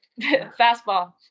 Fastball